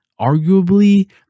arguably